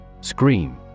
SCREAM